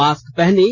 mask पहनें